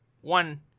one